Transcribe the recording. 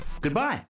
Goodbye